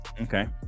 Okay